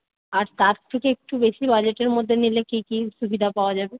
আর তার থেকে একটু বেশি বাজেটের মধ্যে নিলে কী কী সুবিধা পাওয়া যাবে